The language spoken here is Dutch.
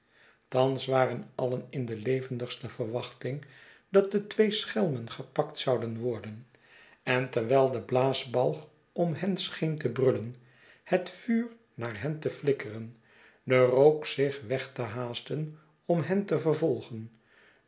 thans waren alien in de levendigste verwachting dat de twee schelmen gepakt zouden worden en terwijl de blaasbalg om hen scheen te brullen het vuur naar hen te flikkeren de rook zich weg te haasten om hen te vervolgen